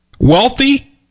Wealthy